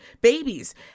Babies